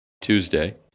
Tuesday